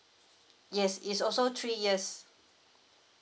yes is also three years